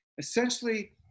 Essentially